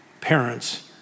parents